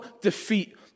defeat